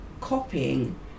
copying